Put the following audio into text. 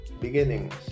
beginnings